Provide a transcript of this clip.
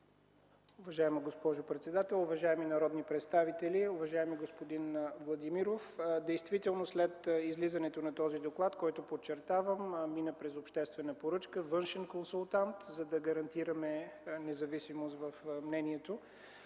Уважаема госпожо председател, уважаеми народни представители! Уважаеми господин Владимиров, действително след излизането на този доклад, който, подчертавам, мина през обществена поръчка за външен консултант, за да гарантираме независимост на мнението,